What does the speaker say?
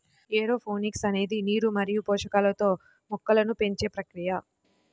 aeroponics అనేది నీరు మరియు పోషకాలతో మొక్కలను పెంచే ప్రక్రియ